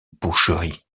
boucheries